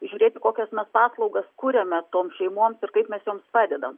žiūrėti kokias mes paslaugas kuriame toms šeimoms ir kaip mes joms padedam